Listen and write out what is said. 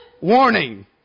warning